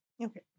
Okay